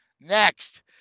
Next